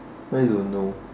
I don't know